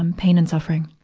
um pain and suffering.